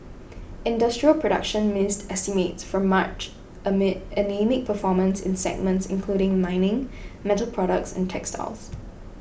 industrial production missed estimates for March amid anaemic performance in segments including mining metal products and textiles